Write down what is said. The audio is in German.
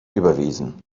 überwiesen